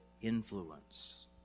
influence